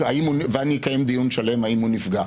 ואני אקיים דיון שלם האם הוא נפגע,